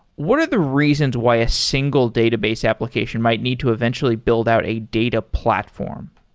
what are the reasons why a single database application might need to eventually build out a data platform?